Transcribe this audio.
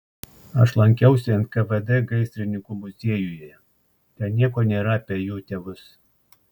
aš lankiausi nkvd gaisrininkų muziejuje ten nieko nėra apie jų tėvus